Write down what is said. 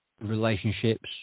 relationships